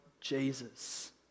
Jesus